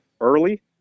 early